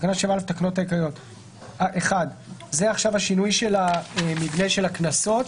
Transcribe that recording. בפסקה (1) - זה השינוי שלה מבנה של הקנסות.